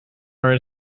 are